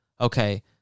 okay